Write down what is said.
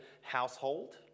household